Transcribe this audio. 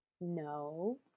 No